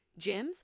gyms